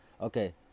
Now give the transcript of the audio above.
okay